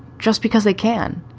just because they can.